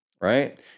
right